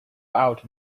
out